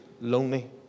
lonely